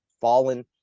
fallen